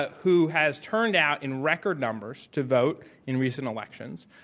ah who has turned out in record numbers to vote in recent elections,